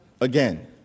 again